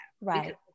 Right